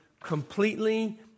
completely